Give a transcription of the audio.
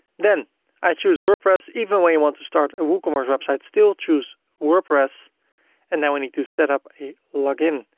then i choose wordpress even when you want to start a woocommerce website, still choose wordpress and now we need to set up a login.